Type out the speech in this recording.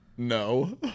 No